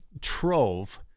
trove